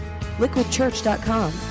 Liquidchurch.com